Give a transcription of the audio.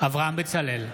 אברהם בצלאל,